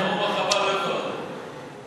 ההוא מהחווה לא יפתור את זה.